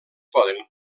poden